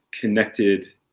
connected